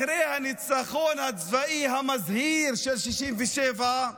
אחרי הניצחון הצבאי המזהיר של 67',